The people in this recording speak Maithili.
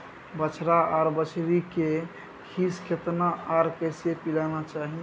बछरा आर बछरी के खीस केतना आर कैसे पिलाना चाही?